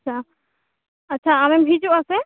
ᱟᱪᱪᱷᱟ ᱟᱪᱷᱟ ᱟᱢᱮᱢ ᱦᱤᱡᱩᱜᱼᱟ ᱥᱮ